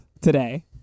today